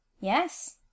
Yes